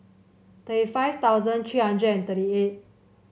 thirty five thousand three hundred and thirty eight